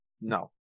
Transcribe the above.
No